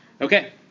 Okay